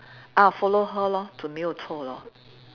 ah follow her lor 准没有错 lor